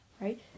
right